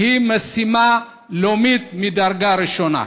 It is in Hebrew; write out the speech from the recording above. הם משימה לאומית ממדרגה ראשונה.